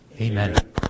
Amen